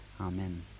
Amen